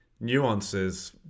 nuances